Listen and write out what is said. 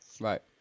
Right